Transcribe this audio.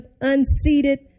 unseated